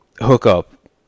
hookup